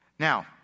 Now